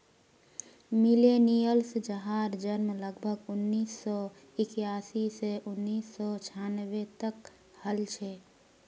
millennials जहार जन्म लगभग उन्नीस सौ इक्यासी स उन्नीस सौ छानबे तक हल छे